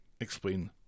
explain